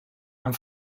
amb